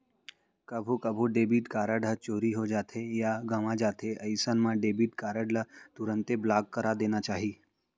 कभू कभू debit card ह चोरी हो जाथे या गवॉं जाथे अइसन मन डेबिट कारड ल तुरते ब्लॉक करा देना चाही